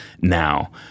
now